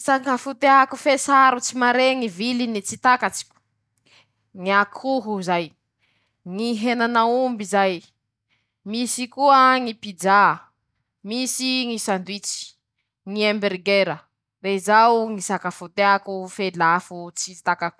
Sakafo teako fe sarotsy mare ñy viline, tsy takatsiko :ñy akoho zay, ñyhenan'aomby zay, misy koañy pizza, misy ñy sundwisch, ñy humbergera, rezao ñy sakafo teako fe lafo tsy zakako.